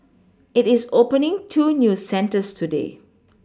it is opening two new centres today